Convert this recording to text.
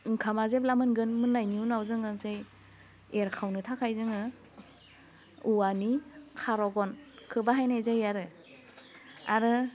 ओंखामा जेब्ला मोनगोन मोननायनि उनाव जोङो सै एरखावनो थाखाय जोङो औवानि खारौ गनखौ बाहायनाय जायो आरो आरो